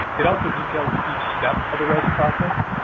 it also details each step of the rez process,